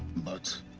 but.